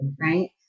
right